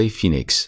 Phoenix